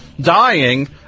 Dying